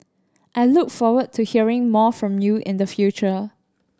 I look forward to hearing more from you in the future